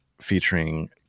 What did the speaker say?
featuring